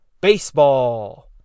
baseball